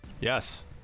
Yes